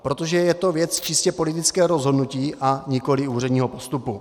Protože je to věc čistě politického rozhodnutí, a nikoli předního postupu.